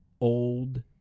old